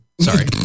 Sorry